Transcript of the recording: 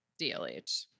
DLH